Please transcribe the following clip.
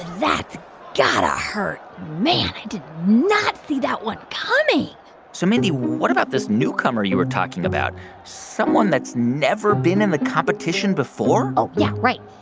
that's ah hurt. man, i did not see that one coming so mindy, what about this newcomer you were talking about someone that's never been in the competition before? oh, yeah. right.